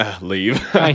leave